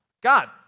God